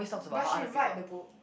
but she write the book